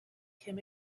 him